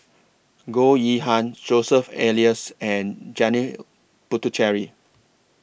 Goh Yihan Joseph Elias and Janil Puthucheary